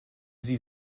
sie